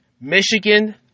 Michigan